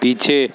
पीछे